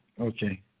Okay